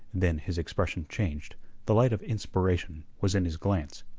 then his expression changed the light of inspiration was in his glance.